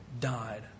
died